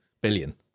Billion